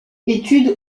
études